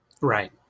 Right